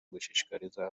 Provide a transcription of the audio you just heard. gushishikariza